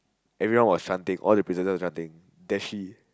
everyone was chanting all the prisoners were chanting that she